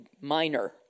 minor